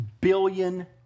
billion